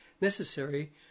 necessary